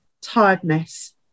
tiredness